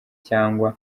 cyangwa